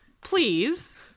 please